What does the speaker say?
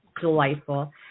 delightful